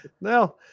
No